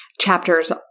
chapters